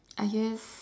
I just